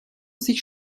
sich